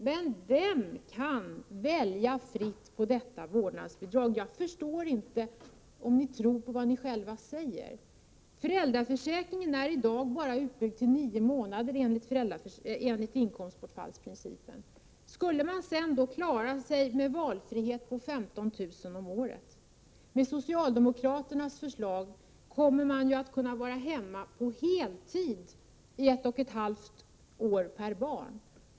Men vem kan välja fritt med detta vårdnadsbidrag? Jag förstår inte om ni tror vad ni själva säger. Föräldraförsäkringen är i dag bara utbyggd till nio månader enligt inkomstbortfallsprincipen. Skulle man sedan klara sig med valfrihet med 15 000 kr. om året? Med socialdemokraternas förslag kommer man ju att kunna vara hemma på heltid under ett och ett halvt år per barn.